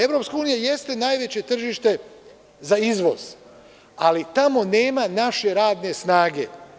Evropska unija jeste najveće tržište za izvoz, ali tamo nema naše radne snage.